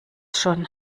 schon